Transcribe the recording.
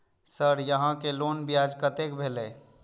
Sir यहां के loan ब्याज कतेक भेलेय?